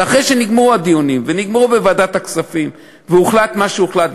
אבל אחרי שנגמרו הדיונים בוועדת הכספים והוחלט מה שהוחלט,